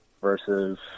versus